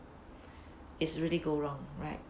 is really go wrong right